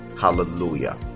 Hallelujah